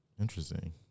Interesting